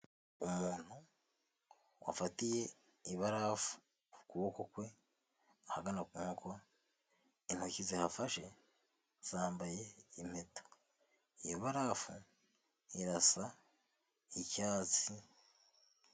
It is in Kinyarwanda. Umuntu wafatiye ibarafu ku kuboko kwe, ahagana ku nkokora, intoki zahafashe zambaye impeta, iyo barafu irasa icyatsi.